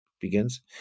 begins